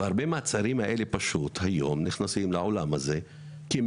והרבה מהצעירים היום נכנסים אל העולם הזה גם כי הם